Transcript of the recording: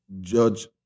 judge